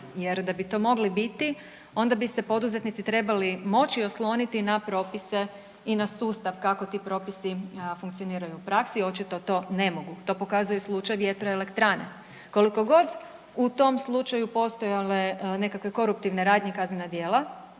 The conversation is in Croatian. jer da bi to mogli biti onda bi se poduzetnici trebali moći osloniti na propise i na sustav kako ti propisi funkcioniraju u praksi, očito to ne mogu, to pokazuje slučaj vjetroelektrane. Kolikogod u tom slučaju postojale nekakve koruptivne radnje i kaznena djela